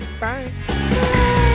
Bye